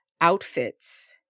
outfits